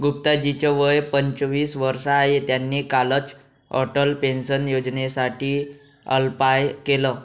गुप्ता जी च वय पंचवीस वर्ष आहे, त्यांनी कालच अटल पेन्शन योजनेसाठी अप्लाय केलं